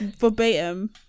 verbatim